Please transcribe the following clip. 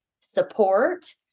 support